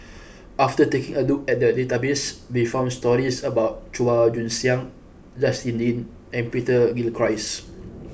after taking a look at the database we found stories about Chua Joon Siang Justin Lean and Peter Gilchrist